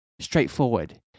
straightforward